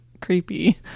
creepy